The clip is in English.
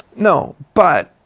no, but